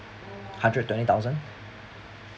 hundred twenty thousand